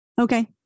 Okay